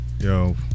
Yo